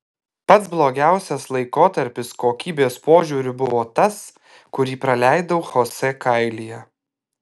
pats blogiausias laikotarpis kokybės požiūriu buvo tas kurį praleidau chosė kailyje